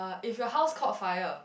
if your house caught fire